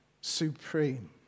supreme